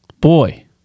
Boy